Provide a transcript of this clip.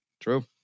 True